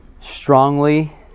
strongly